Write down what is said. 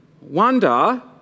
Wonder